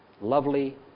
lovely